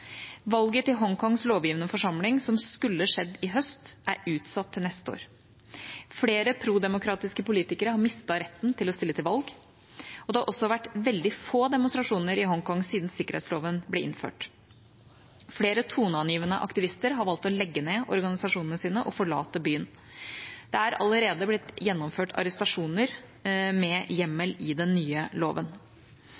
Valget til Hongkongs lovgivende forsamling, som skulle skjedd i høst, er utsatt til neste år. Flere prodemokratiske politikere har mistet retten til å stille til valg, og det har også vært veldig få demonstrasjoner i Hongkong siden sikkerhetsloven ble innført. Flere toneangivende aktivister har valgt å legge ned organisasjonene sine og forlate byen. Det er allerede blitt gjennomført arrestasjoner med